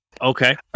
Okay